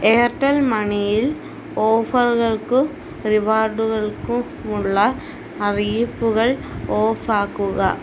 Airtel മണിയിൽ ഓഫറുകൾക്കും റിവാർഡുകൾക്കും ഉള്ള അറിയിപ്പുകൾ ഓഫ് ആക്കുക